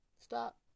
Stop